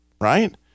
right